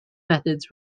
methods